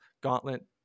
Gauntlet